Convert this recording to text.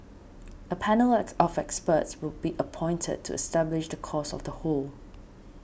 a panel at of experts will be appointed to establish the cause of the hole